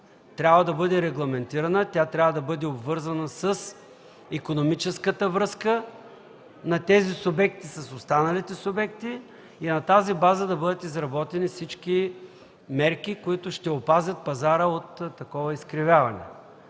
Трябва да бъде регламентирана и обвързана с икономическата връзка на тези субекти с останалите субекти и на тази база да бъдат изработени всички мерки, които ще опазят пазара от такова изкривяване.